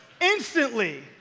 instantly